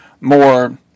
more